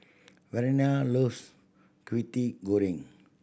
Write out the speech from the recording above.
Verena loves Kwetiau Goreng